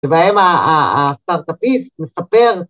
‫שבהם הסטרטאפיס מספר...